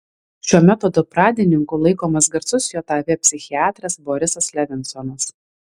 šio metodo pradininku laikomas garsus jav psichiatras borisas levinsonas